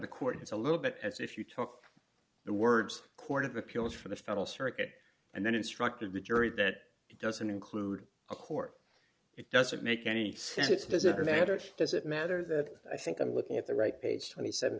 the court is a little bit as if you took the words court of appeals for the federal circuit and then instructed the jury that it doesn't include a court it doesn't make any since it's a visitor matter does it matter that i think i'm looking at the right page twenty seven